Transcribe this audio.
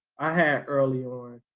i had early on,